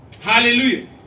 Hallelujah